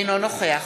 אינו נוכח